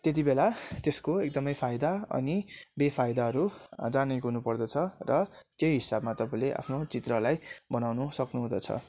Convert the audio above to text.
त्यतिबेला त्यसको एकदमै फाइदा अनि बेफाइदाहरू जानेको हुनुपर्दछ र त्यही हिसाबमा तपाईँले आफ्नो चित्रलाई बनाउनु सक्नु हुँदछ